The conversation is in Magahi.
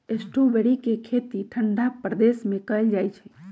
स्ट्रॉबेरी के खेती ठंडा प्रदेश में कएल जाइ छइ